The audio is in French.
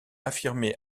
affirmé